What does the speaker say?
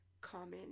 common